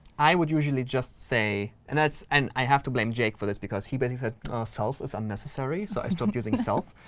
i would usually just say and and i have to blame jake for this because he basically said self is unnecessary, so i stopped using self.